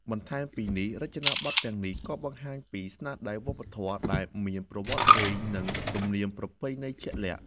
បន្ថែមពីនេះ រចនាបថទាំងនេះក៏បង្ហាញពីស្នាដៃវប្បធម៌ដែលមានប្រវត្តិវែងនិងទំនៀមប្រពៃណីជាក់លាក់។